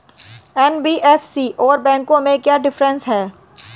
NBFC और बैंकों में क्या डिफरेंस है?